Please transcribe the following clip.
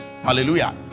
Hallelujah